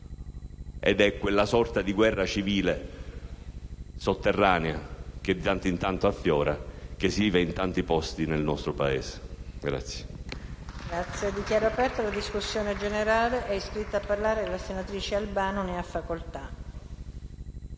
ed è quella sorta di guerra civile sotterranea che di tanto in tanto affiora e si vive in tanti posti del nostro Paese.